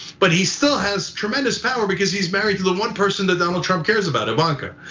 but he still has tremendous power because he's married to the one person that donald trump cares about, ivanka.